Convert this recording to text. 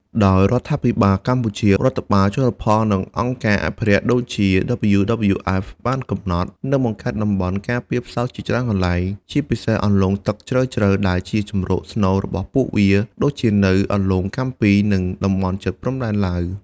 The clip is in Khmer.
ដោយរដ្ឋាភិបាលកម្ពុជា រដ្ឋបាលជលផល និងអង្គការអភិរក្ស (ដូចជា WWF) បានកំណត់ និងបង្កើតតំបន់ការពារផ្សោតជាច្រើនកន្លែង ជាពិសេសអន្លង់ទឹកជ្រៅៗដែលជាជម្រកស្នូលរបស់ពួកវា ដូចជានៅអន្លង់កាំពី និងតំបន់ជិតព្រំដែនឡាវ។